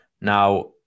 Now